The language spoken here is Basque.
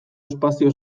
espazio